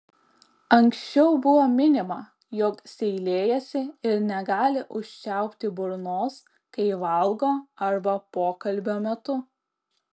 anksčiau buvo minima jog seilėjasi ir negali užčiaupti burnos kai valgo arba pokalbio metu